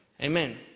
Amen